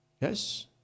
Yes